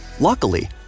Luckily